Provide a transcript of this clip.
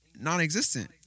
non-existent